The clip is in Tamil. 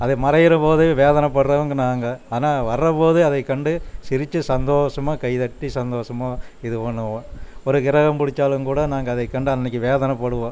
அது மறைகிறபோது வேதனைப்படுறவங்க நாங்கள் ஆனால் வர்றபோது அதை கண்டு சிரித்து சந்தோஷமாக கைத்தட்டி சந்தோஷமாக இது பண்ணுவோம் ஒரு கிரகம் பிடிச்சாலும் கூட நாங்கள் அதை கண்டு அன்றைக்கி வேதனைப்படுவோம்